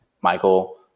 Michael